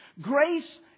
Grace